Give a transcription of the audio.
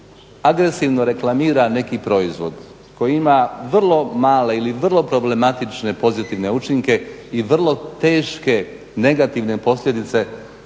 agresivno reklamira neki proizvod koji ima vrlo male ili vrlo problematične pozitivne učinke i vrlo teške negativne posljedice